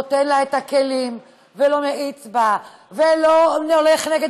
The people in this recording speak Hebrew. נותן לה את הכלים ולא מאיץ בה ולא הולך נגד